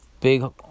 big